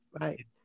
right